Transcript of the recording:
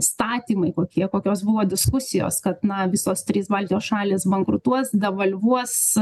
statymai kokie kokios buvo diskusijos kad na visos trys baltijos šalys bankrutuos devalvuos